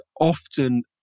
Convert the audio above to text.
often